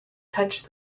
touched